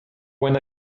when